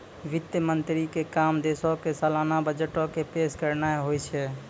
वित्त मंत्री के काम देशो के सलाना बजटो के पेश करनाय होय छै